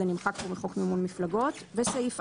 בטל.